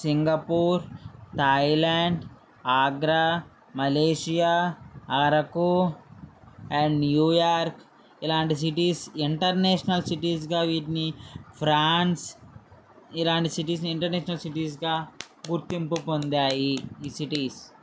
Singapore Thailand Agra Malaysia Araku and New York ఇలాంటి cities international సిటీస్గా వీటిని ఫ్రాన్స్ ఇలాంటి సిటీస్ ఇంటర్నేషనల్ సిటీస్గా గుర్తింపు పొందాయి ఈ సిటీస్